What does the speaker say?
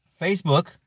Facebook